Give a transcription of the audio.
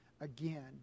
again